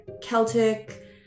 Celtic